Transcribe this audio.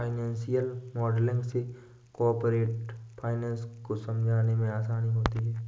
financial modelling से corporate finance को समझने में आसानी होती है